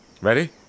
Ready